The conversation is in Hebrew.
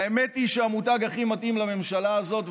והאמת היא שהמותג הכי מתאים לממשלה הזאת,